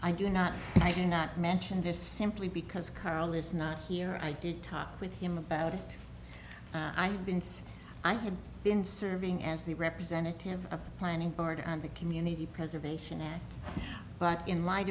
i do not i did not mention this simply because carl is not here i did talk with him about it i have been so i have been serving as the representative of the planning board and the community preservation act but in light